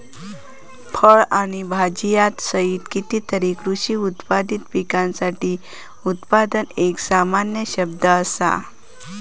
फळ आणि भाजीयांसहित कितीतरी कृषी उत्पादित पिकांसाठी उत्पादन एक सामान्य शब्द असा